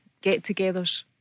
get-togethers